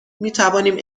میتوانیم